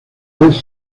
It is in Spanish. vez